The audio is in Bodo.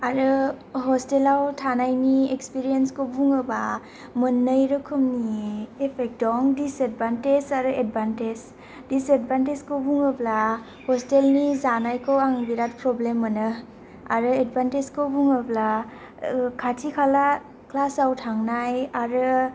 आरो हसथेलाव थानायनि एक्सफेरेन्सखौ बुङोबा मोननै रोखोमनि इफेक्ट दं डिसएदबानथेस आरो एदभानथेस डिसएदबानथेसखौ बुङोब्ला हसथेलनि जानायखौ आं बिराट फ्रब्लेम मोनो आरो एदभानथेसखौ बुङोब्ला खाथि खाला क्लासाव थांनाय आरो